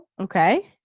Okay